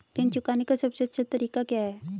ऋण चुकाने का सबसे अच्छा तरीका क्या है?